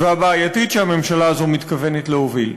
והבעייתית שהממשלה הזאת מתכוונת להוביל.